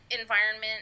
environment